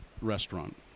restaurant